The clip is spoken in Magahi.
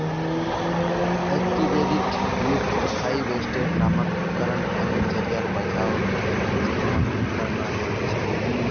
एक्वेटिक वीड हाएवेस्टर नामक उपकरण पानीर ज़रियार बचाओर तने इस्तेमाल करना ज़रूरी छे